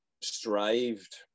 strived